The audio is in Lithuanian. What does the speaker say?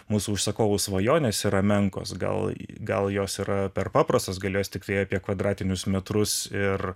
mūsų užsakovų svajonės yra menkos gal gal jos yra per paprastas gal jos tiktai apie kvadratinius metrus ir